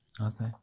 okay